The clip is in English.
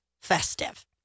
festive